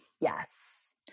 Yes